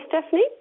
Stephanie